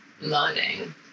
learning